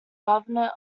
governorate